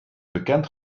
bekend